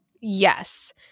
Yes